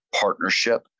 partnership